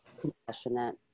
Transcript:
compassionate